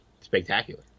spectacular